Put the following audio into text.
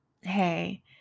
hey